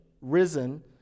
risen